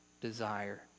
desire